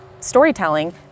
storytelling